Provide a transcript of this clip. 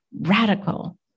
radical